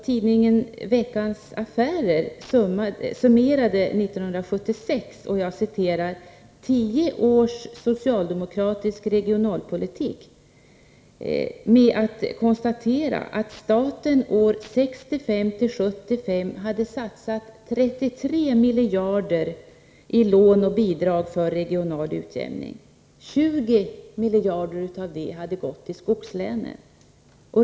Tidningen Veckans Affärer summerade år 1976 tio års socialdemokratisk regionalpolitik med att konstatera att staten under åren 1965-1975 hade satsat 33 miljarder på lån och bidrag för regional utjämning, varav 20 miljarder hade gått till skogslänen.